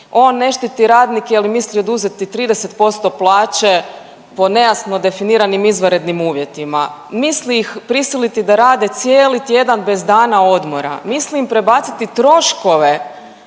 On ne štiti radnike jer im misli oduzeti 30% plaće po nejasno definiranim izvanrednim uvjetima. Misli ih prisiliti da rade cijeli tjedan bez dana odmora, misli im prebaciti troškove